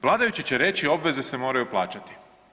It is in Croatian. Vladajući će reći, obveze se moraju plaćati.